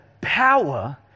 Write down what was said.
power